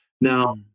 Now